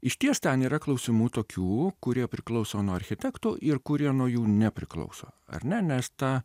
išties ten yra klausimų tokių kurie priklauso nuo architektų ir kurie nuo jų nepriklauso ar ne nes ta